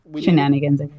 shenanigans